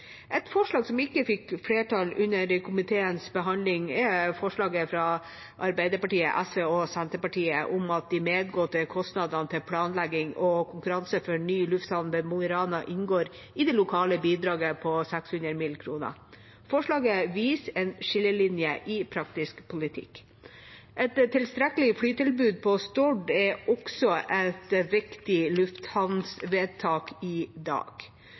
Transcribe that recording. Et forslag som ikke fikk flertall under komiteens behandling, er forslaget fra Arbeiderpartiet, SV og Senterpartiet om at de medgåtte kostnadene til planlegging og konkurranse for ny lufthavn i Mo i Rana inngår i det lokale bidraget på 600 mill. kr. Forslaget viser en skillelinje i praktisk politikk. Et tilstrekkelig flytilbud på Stord er også et viktig lufthavnsvedtak i dag.